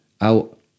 out